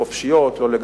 של חבר הכנסת אורי אורבך.